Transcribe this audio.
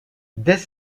dès